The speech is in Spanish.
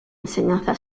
enseñanza